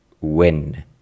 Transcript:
win